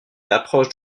l’approche